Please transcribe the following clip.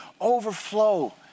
overflow